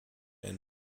and